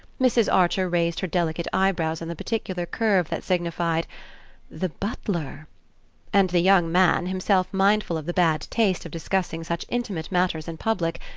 mrs. archer raised her delicate eye-brows in the particular curve that signified the butler and the young man, himself mindful of the bad taste of discussing such intimate matters in public,